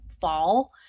fall